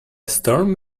storm